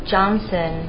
Johnson